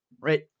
right